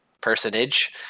personage